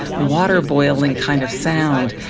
water-boiling kind of sound,